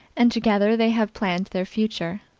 and together they have planned their future.